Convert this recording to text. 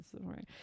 right